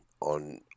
on